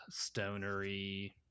stonery